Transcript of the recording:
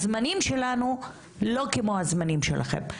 הזמנים שלנו לא כמו הזמנים שלכם,